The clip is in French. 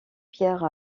pierre